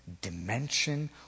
dimension